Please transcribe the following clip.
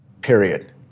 period